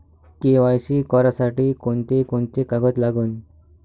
KYC करासाठी कोंते कोंते कागद लागन?